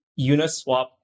Uniswap